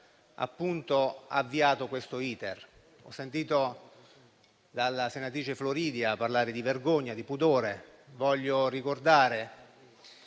che ha avviato questo *iter*. Ho sentito dalla senatrice Floridia parlare di vergogna e di pudore. Voglio ricordare